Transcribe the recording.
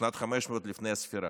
בשנת 500 לפני הספירה.